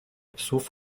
psów